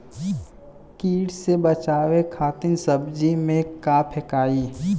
कीट से बचावे खातिन सब्जी में का फेकाई?